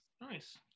Nice